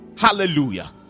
Hallelujah